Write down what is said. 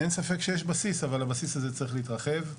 אין ספק שיש בסיס אבל הבסיס הזה צריך להתרחב,